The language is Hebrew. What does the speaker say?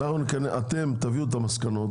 אתם תביאו את המסקנות.